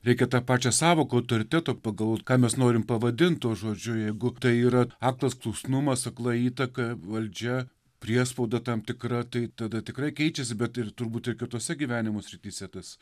reikia tą pačią sąvoką autoriteto pagal ką mes norim pavadint tuo žodžiu jeigu tai yra aklas klusnumas akla įtaka valdžia priespauda tam tikra tai tada tikrai keičiasi bet ir turbūt ir kitose gyvenimo srityse tas